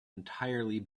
entirely